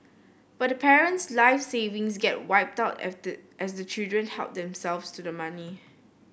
but the parent's life savings get wiped out as the children help themselves to the money